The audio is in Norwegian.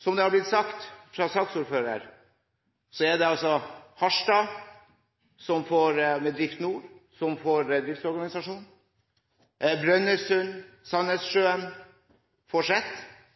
Som det ble sagt fra saksordføreren, er det Harstad som med Drift Nord får driftsorganisasjonen, Brønnøysund